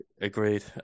agreed